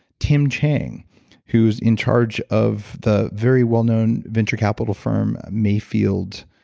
tim chang who was in charge of the very well-known venture capital firm mayfield.